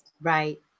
Right